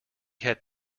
had